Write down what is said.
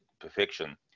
perfection